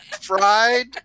fried